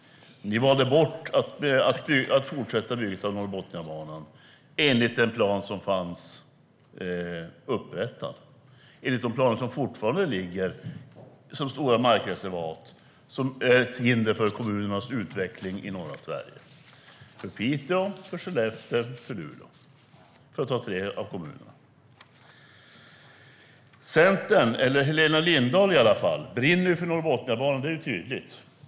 Ni valde bort att fortsätta att bygga Norrbotniabanan enligt den upprättade planen. De planer som fortfarande ligger, till exempel stora markreserverat, är ett hinder för kommunernas utveckling i norra Sverige - Piteå, Skellefteå och Luleå.Helena Lindahl brinner för Norrbotniabanan. Det är tydligt.